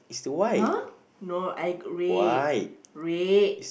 !huh! no I red red